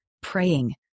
praying